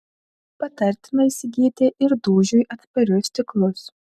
patartina įsigyti ir dūžiui atsparius stiklus